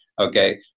Okay